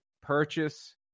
purchase